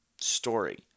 story